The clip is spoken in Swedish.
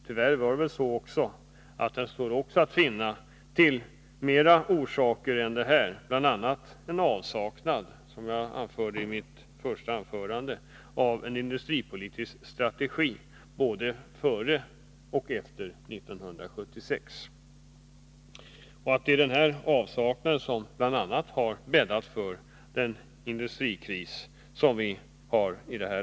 Tyvärr fanns det nog fler orsaker, bl.a. en avsaknad — som jag sade i mitt första anförande — av en industripolitisk strategi både före och efter 1976. Det är bl.a. avsaknaden därav som har bäddat för vårt lands nuvarande ekonomiska kris.